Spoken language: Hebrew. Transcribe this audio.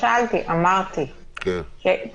שהוא ענייני.